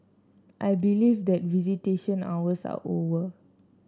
I believe that visitation hours are over